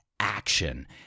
action